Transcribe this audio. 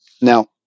Now